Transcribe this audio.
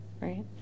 right